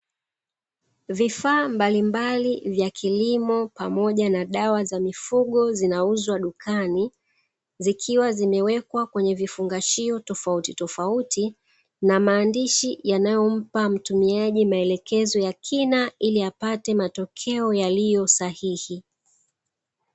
Vifaa mbalimbali vya kilimo pamoja na dawa za mifugo zinauzwa dukani, zikiwa zimewekwa kwenye vifungashio tofauti tofauti na maandishi yanayompa mtumiaji maelekezo ya kina ili apate matokeo yaliyo sahihi.